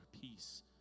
peace